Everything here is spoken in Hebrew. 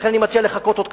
לכן אני מציע לחכות עוד קצת,